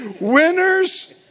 Winners